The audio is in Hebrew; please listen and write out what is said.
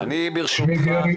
אם יש תלונות,